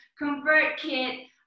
ConvertKit